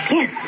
Yes